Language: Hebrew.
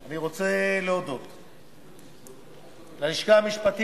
זכויות, הרי לבית-הדין